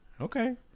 Okay